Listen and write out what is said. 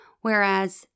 Whereas